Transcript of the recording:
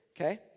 okay